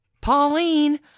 Pauline